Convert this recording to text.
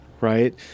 right